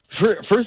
first